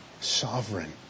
sovereign